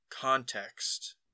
context